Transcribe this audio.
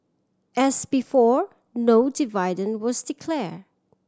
as before no dividend was declared